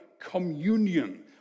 communion